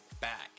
back